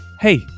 hey